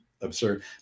absurd